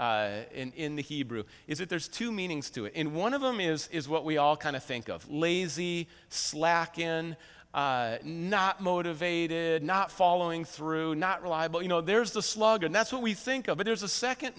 in the hebrew is that there's two meanings to it in one of them is is what we all kind of think of lazy slack in not motivated not following through not reliable you know there's the slogan that's what we think of but there's a second